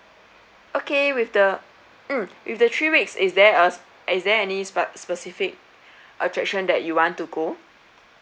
okay with the mm with the three weeks is there uh is there any spat~ specific attraction that you want to go